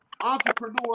entrepreneur